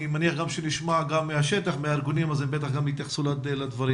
אני מניח שנשמע גם מהארגונים בשטח והם בטח יתייחסו גם לדברים.